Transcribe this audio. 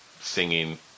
singing